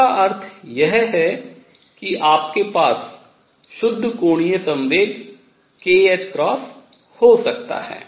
इसका अर्थ यह है कि आपके पास शुद्ध कोणीय संवेग kℏ हो सकता है